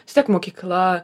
vis tiek mokykla